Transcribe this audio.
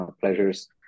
pleasures